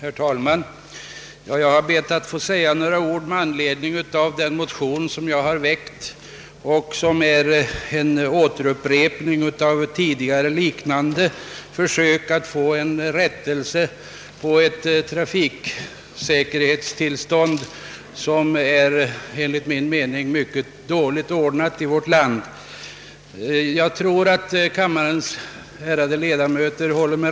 Herr talman! Jag skall be att få säga några ord med anledning av den motion som jag har väckt och som är en upprepning av tidigare liknande försök att finna en lösning på ett allvarligt trafiksäkerhetsproblem.